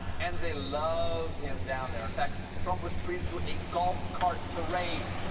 and they love him down there. in fact, trump was treated to a golf cart parade.